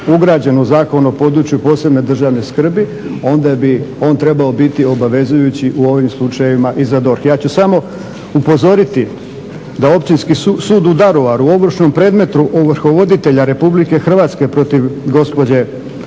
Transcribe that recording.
ugrađen u Zakon o području posebne državne skrbi onda bi on trebao biti obavezujući u ovim slučajevima i za DORH. Ja ću samo upozoriti da Općinski sud u Daruvaru u ovršnom predmetu ovrhovoditelja Republike Hrvatske protiv gospođe